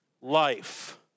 life